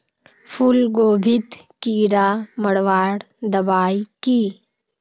फूलगोभीत कीड़ा मारवार दबाई की?